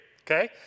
Okay